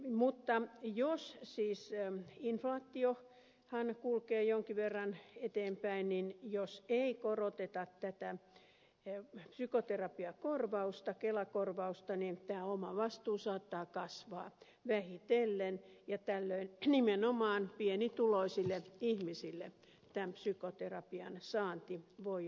mutta inflaatiohan kulkee jonkin verran eteenpäin ja jos ei koroteta tätä psykoterapiakorvausta kelakorvausta niin tämä omavastuu saattaa kasvaa vähitellen ja tällöin nimenomaan pienituloisille ihmisille tämän psykoterapian saanti voi olla varsin hankalaa